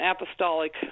apostolic